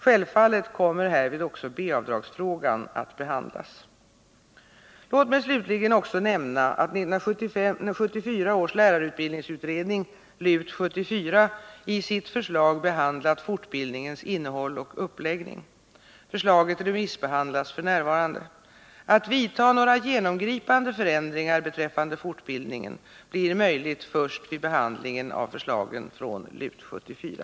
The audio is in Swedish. Självfallet kommer härvid också B-avdragsfrågan att behandlas. Låt mig slutligen också nämna att 1974 års lärarutbildningsutredning i sitt förslag behandlat fortbildningens innehåll och uppläggning. Förslaget remissbehandlas f. n. Att vidta några genomgripande förändringar beträffande fortbildningen blir möjligt först vid behandlingen av förslagen från LUT 74.